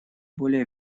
более